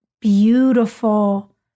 beautiful